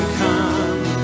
come